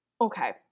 Okay